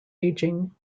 aging